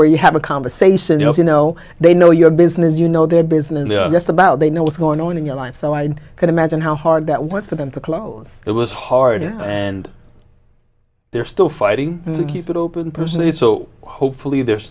where you have a conversation you know you know they know your business you know their business just about they know what's going on in your life so i can imagine how hard that was for them to close it was hard and they're still fighting to keep it open personally so hopefully there's